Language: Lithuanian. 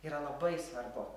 yra labai svarbu